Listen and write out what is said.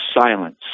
silence